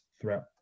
throughout